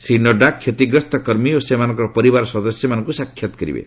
ଶ୍ରୀ ନଡ୍ଜା କ୍ଷତିଗ୍ରସ୍ତ କର୍ମୀ ଓ ସେମାନଙ୍କର ପରିବାର ସଦସ୍ୟମାନଙ୍କୁ ସାକ୍ଷାତ୍ କରିବେ